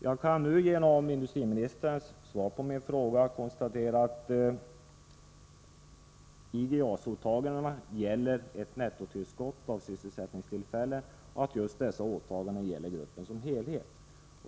Jag kan nu genom industriministerns svar på min fråga konstatera att IG JAS-åtagandena gäller ett nettotillskott av sysselsättningstillfällen och att just dessa åtaganden gäller gruppen som helhet.